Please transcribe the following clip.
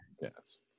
yes